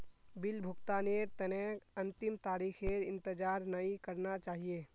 bill भुगतानेर तने अंतिम तारीखेर इंतजार नइ करना चाहिए